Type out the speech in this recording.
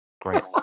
great